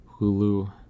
Hulu